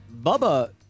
Bubba